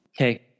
Okay